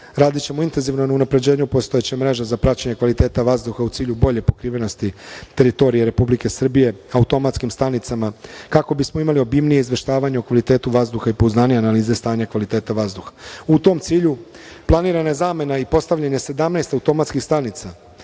Radićemo intenzivno na unapređenju postojeće mreže za praćenje kvaliteta vazduha, u cilju bolje pokrivenosti teritorije Republike Srbije automatskim stanicama, kako bismo imali obimnije izveštavanje o kvalitetu vazduha i pouzdanije stanje kvaliteta vazduha.U tom cilju, planirana je zamena i postavljanje 17 automatskih stanica